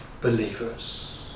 believers